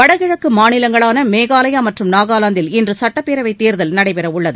வடகிழக்கு மாநிலங்களான மேகாலயா மற்றும் நாகாலாந்தில் இன்று சுட்டப்பேரவை தேர்தல் நடைபெற உள்ளது